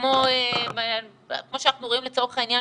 כמו שאנחנו רואים לצורך העניין